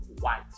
white